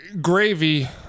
gravy